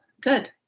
Good